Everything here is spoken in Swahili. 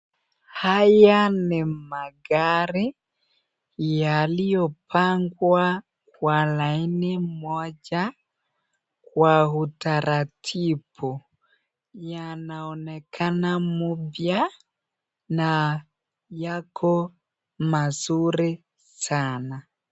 Haya ni magari yaliyopangwa kwa laini moja, kwa utaratibu yanaonekana mpya na yako mazuri sana.